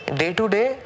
day-to-day